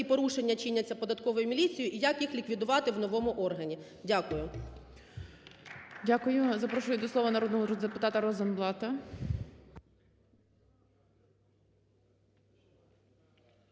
порушення чиняться податковою міліцією, і як їх ліквідувати в новому органі. Дякую. (Оплески) ГОЛОВУЮЧИЙ. Дякую. Запрошую до слова народного депутата Розенблата.